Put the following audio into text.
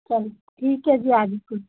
ਚੱਲ ਠੀਕ ਹੈ ਜੀ ਆ ਜਿਓ ਕੋਈ ਨਾ